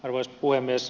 arvoisa puhemies